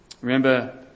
Remember